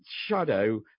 shadow